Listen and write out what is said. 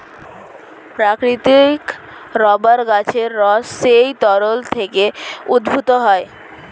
প্রাকৃতিক রাবার গাছের রস সেই তরল থেকে উদ্ভূত হয়